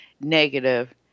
negative